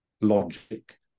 logic